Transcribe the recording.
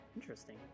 Interesting